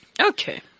Okay